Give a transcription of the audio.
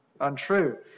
untrue